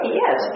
yes